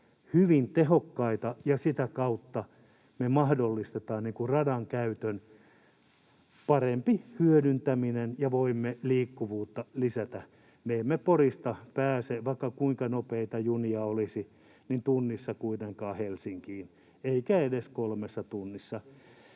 hyvin tehokkaita ja sitä kautta me mahdollistetaan radankäytön parempi hyödyntäminen ja voimme liikkuvuutta lisätä. Me emme Porista pääse, vaikka kuinka nopeita junia olisi, tunnissa kuitenkaan Helsinkiin, emmekä edes kolmessa tunnissa.